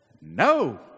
No